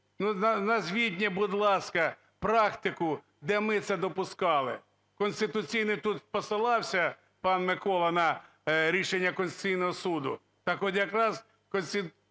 Назвіть мені, будь ласка, практику, де ми це допускали. Конституційний, тут посилався пан Микола на рішення Конституційного Суду, так от якраз Конституційний